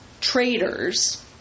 traitors